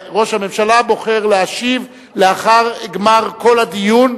ראש הממשלה בוחר להשיב לאחר גמר כל הדיון.